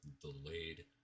delayed